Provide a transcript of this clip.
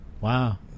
Wow